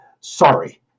sorry